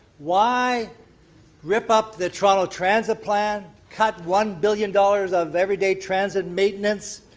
why rip up the toronto transit plan, cut one billion dollars of every day transit maintenance,